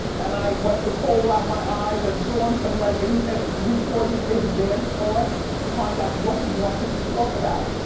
and i wiped the coal out my eyes and threw on some leggings and reported to his damn floor to find out what he wanted to talk about.